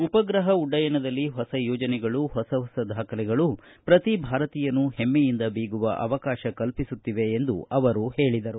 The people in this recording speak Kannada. ಉಪಗ್ರಪ ಉಡ್ಡಯನದಲ್ಲಿ ಹೊಸ ಯೋಜನೆಗಳು ಹೊಸ ಹೊಸ ದಾಖಲೆಗಳು ಪ್ರತಿ ಭಾರತೀಯನೂ ಪೆಮ್ಮೆಯಿಂದ ಬೀಗುವ ಅವಕಾಶ ಕಲ್ಪಿಸುತ್ತಿವೆ ಎಂದು ಅವರು ಹೇಳಿದರು